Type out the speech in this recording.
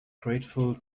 grateful